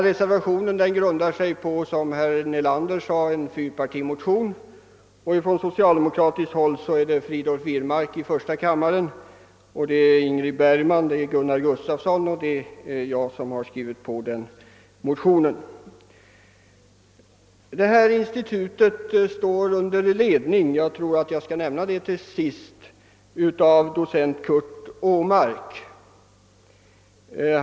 : Reservationen grundar sig, som herr: Nelander framhöll, på en fyrpårtimotion. Från socialdemokratiskt håll är det herr Wirmark i första kammaren, fru Bergman, herr Gustafsson i Uddevalla och jag i andra kammaren som har skrivit på motionen. Institutet står under ledning av 'docent Curt Åmark.